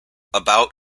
about